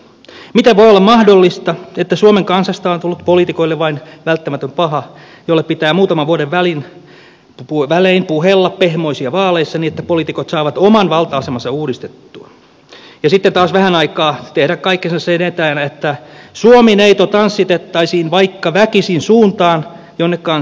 miten voi olla mahdollista että suomen kansasta on tullut poliitikoille vain välttämätön paha jolle pitää muutaman vuoden välein puhella pehmoisia vaaleissa niin että poliitikot saavat oman valta asemansa uudistettua ja sitten taas vähän aikaa tehdä kaikkensa sen eteen että suomi neito tanssitettaisiin vaikka väkisin suuntaan jonne kansa ei todellakaan tahdo mennä